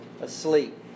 asleep